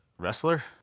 Wrestler